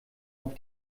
auf